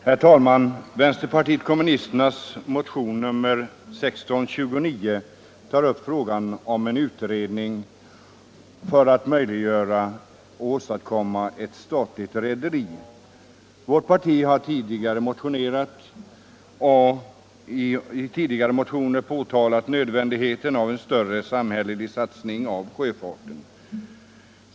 Herr talman! Vänsterpartiet kommunisternas motion nr 1629 tar upp frågan om att utreda möjligheterna att åstadkomma ett statligt rederi. Vårt parti har i tidigare motioner påtalat nödvändigheten av en större samhällelig satsning på sjöfarten.